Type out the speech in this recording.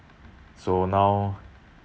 so now